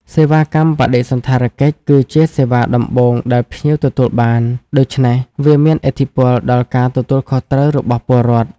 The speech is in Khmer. សេវាកម្មបដិសណ្ឋារកិច្ចគឺជាសេវាដំបូងដែលភ្ញៀវទទួលបាន ដូច្នេះវាមានឥទ្ធិពលដល់ការទទួលខុសត្រូវរបស់ពលរដ្ឋ។